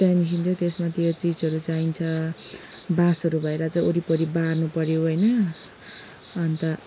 त्यहाँदेखि चाहिँ त्यसमा त्यो चिजहरू चाहिन्छ बाँसहरू भएर चाहिँ वरिपरि बार्नु पऱ्यो होइन अन्त